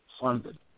funded